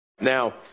Now